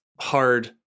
hard